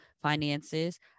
finances